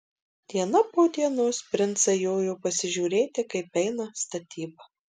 diena po dienos princai jojo pasižiūrėti kaip eina statyba